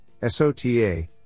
SOTA